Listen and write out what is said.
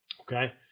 Okay